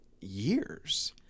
years